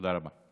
תודה רבה.